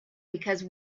because